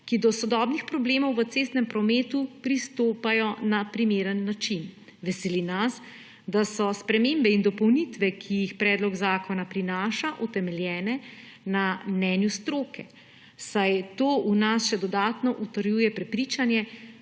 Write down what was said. ki do sodobnih problemov v cestnem prometu pristopajo na primeren način. Veseli nas, da so spremembe in dopolnitve, ki jih predlog zakona prinaša, utemeljene na mnenju stroke, saj to v nas še dodatno utrjuje prepričanje,